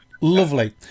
Lovely